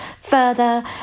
further